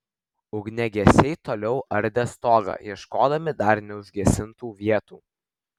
ugniagesiai toliau ardė stogą ieškodami dar neužgesintų vietų